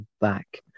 back